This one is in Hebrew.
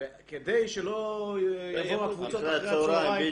כדי שלא יבואו הקבוצות אחרי הצוהריים.